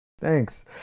Thanks